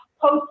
post